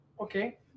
Okay